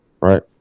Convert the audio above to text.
right